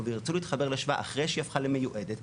וירצו להתחבר לשבא אחרי שהיא הפכה למיועדת.